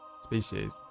species